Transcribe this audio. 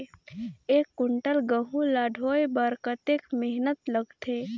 एक कुंटल गहूं ला ढोए बर कतेक मेहनत लगथे?